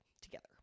together